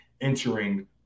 entering